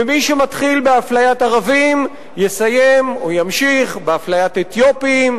ומי שמתחיל באפליית ערבים יסיים או ימשיך באפליית אתיופים,